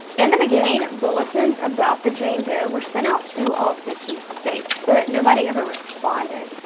in the beginning, bulletins about the jane doe were sent out to all fifty states, but nobody ever responded.